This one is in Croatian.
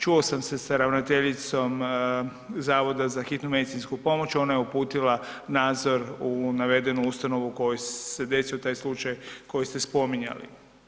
Čuo sam se sa ravnateljicom Zavoda za hitnu medicinsku pomoć ona je uputila nadzor u navedenu ustanovu u kojoj se desio taj slučaj koji ste spominjali.